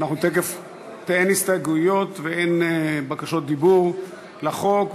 אין הסתייגויות ואין בקשות דיבור לחוק.